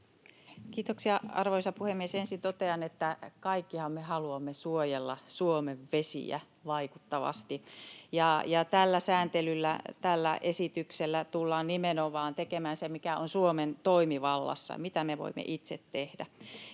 Kiitoksia, arvoisa puhemies! Ensin totean, että kaikkihan me haluamme suojella Suomen vesiä vaikuttavasti, ja tällä sääntelyllä, tällä esityksellä, tullaan nimenomaan tekemään se, mikä on Suomen toimivallassa, mitä me voimme itse tehdä.